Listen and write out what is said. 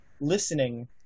listening